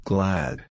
Glad